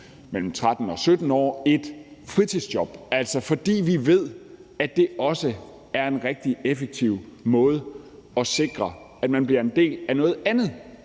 mellem 13 og 17 år et fritidsjob, altså fordi vi ved, at det også er en rigtig effektiv måde at sikre, at man bliver en del af noget andet